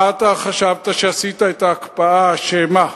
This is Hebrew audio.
מה אתה חשבת כשעשית את ההקפאה, שמה?